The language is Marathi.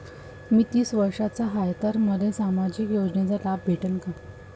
मी तीस वर्षाचा हाय तर मले सामाजिक योजनेचा लाभ भेटन का?